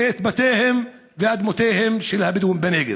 את בתיהם ואדמותיהם של הבדואים בנגב.